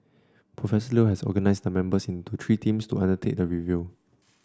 Professor Leo has organised the members into three teams to undertake the review